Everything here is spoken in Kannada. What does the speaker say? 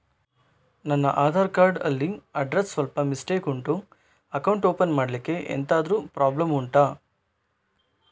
ನನ್ನ ಆಧಾರ್ ಕಾರ್ಡ್ ಅಲ್ಲಿ ಅಡ್ರೆಸ್ ಸ್ವಲ್ಪ ಮಿಸ್ಟೇಕ್ ಉಂಟು ಅಕೌಂಟ್ ಓಪನ್ ಮಾಡ್ಲಿಕ್ಕೆ ಎಂತಾದ್ರು ಪ್ರಾಬ್ಲಮ್ ಉಂಟಾ